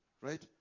Right